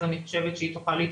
בסדר.